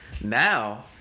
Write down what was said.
Now